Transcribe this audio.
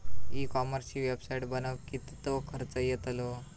E कॉमर्सची website बनवक किततो खर्च येतलो?